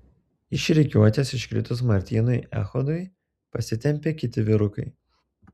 iš rikiuotės iškritus martynui echodui pasitempė kiti vyrukai